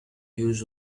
huge